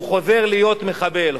והוא חוזר להיות מחבל,